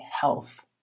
health